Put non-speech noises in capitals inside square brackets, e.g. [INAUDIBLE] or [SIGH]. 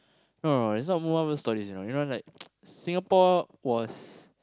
no no no this one World-War-One stories you know you know like [NOISE] Singapore was